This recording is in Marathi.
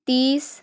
तीस